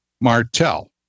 Martell